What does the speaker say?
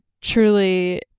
truly